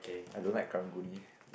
I don't like karang guni